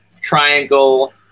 triangle